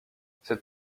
cette